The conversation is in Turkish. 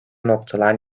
noktalar